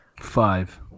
Five